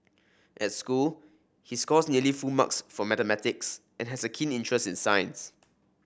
at school he scores nearly full marks for mathematics and has a keen interest in science